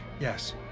yes